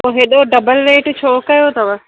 पोइ हेॾो double rate छो कयो अथव